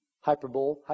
hyperbole